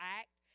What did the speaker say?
act